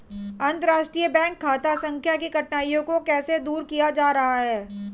अंतर्राष्ट्रीय बैंक खाता संख्या की कठिनाइयों को कैसे दूर किया जा रहा है?